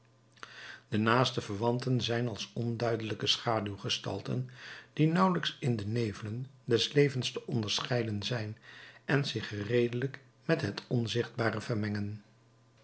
de naaste verwanten zijn als onduidelijke schaduwgestalten die nauwelijks in de nevelen des levens te onderscheiden zijn en zich gereedelijk met het onzichtbare vermengen